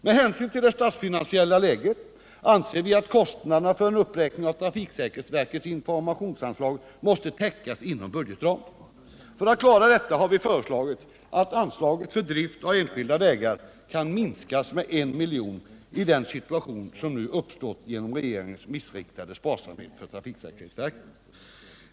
Med hänsyn till det statsfinansiella läget anser vi att kostnaderna för en uppräkning av trafiksäkerhetsverkets informationsanslag måste täckas inom budgetramen. För att klara detta har vi föreslagit att anslaget för drift av enskilda vägar skall minskas med 1 milj.kr. i den situation som nu uppstått genom regeringens missriktade sparsamhet när det gäller trafiksäkerhetsverket.